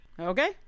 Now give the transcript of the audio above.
Okay